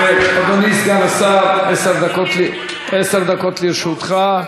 אדוני סגן השר, עשר דקות לרשותך.